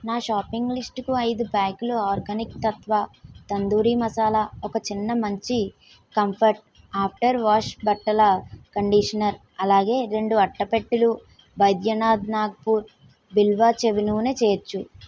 నా షాపింగ్ లిస్ట్కి ఐదు ప్యాక్లు ఆర్గానిక్ తత్వ తందూరి మసాల ఒక చిన్న మంచి కంఫర్ట్ ఆఫ్టర్ వాష్ బట్టల కండిషనర్ అలాగే రెండు అట్టపెట్టెలు బైద్యనాథ్ నాగ్పూర్ బిల్వ చెవి నూనె చేర్చు